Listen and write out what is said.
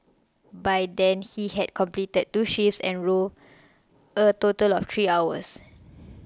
by then he had completed two shifts and rowed a total of three hours